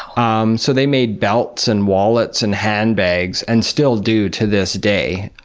um so they made belts and wallets and handbags, and still do to this day.